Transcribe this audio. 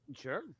Sure